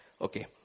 okay